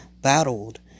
battled